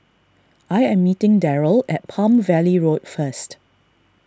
I am meeting Darrell at Palm Valley Road first